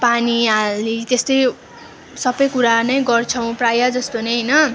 पानी हाली त्यस्तै सबै कुरा नै गर्छौँ प्रायः जस्तो नै होइन